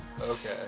Okay